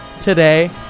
today